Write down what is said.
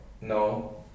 no